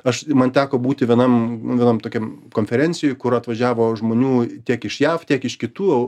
aš man teko būti vienam vienam tokiam konferencijoj kur atvažiavo žmonių tiek iš jav tiek iš kitų